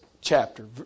chapter